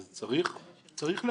אז צריך להבין,